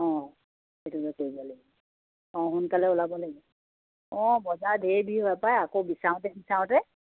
অঁ সেইটোকে কৰিব লাগিব অঁ সোনকালে ওলাব লাগিব অঁ বজাৰ ধেৰ দেৰি হয় পায় আকৌ বিচাৰোতে বিচাৰোতে